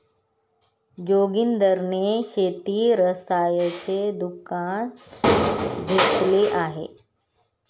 जोगिंदर ने शेती रसायनाचे दुकान घेतले आहे